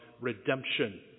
redemption